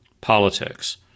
politics